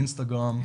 באינסטגרם,